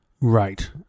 Right